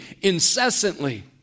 incessantly